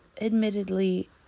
admittedly